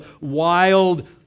wild